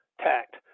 tact